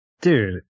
dude